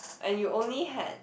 and you only had